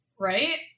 right